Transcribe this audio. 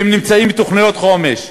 כי הן נמצאות בתוכניות חומש,